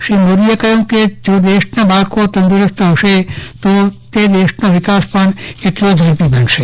શ્રી મોદીએ કહ્યું હતું કે જો દેશનાં બાળકો તંદુરસ્ત હશે તો તે દેશનો વિકાસ પણ એટલો ઝડપી બનશે